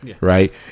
right